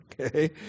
okay